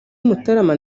mutarama